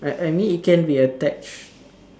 I I mean it can be attached